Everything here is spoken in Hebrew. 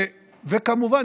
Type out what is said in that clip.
וכמובן,